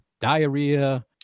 diarrhea